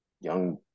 young